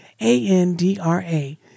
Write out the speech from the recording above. A-N-D-R-A